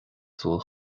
súil